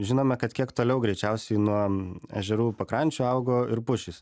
žinome kad kiek toliau greičiausiai nuo ežerų pakrančių augo ir pušys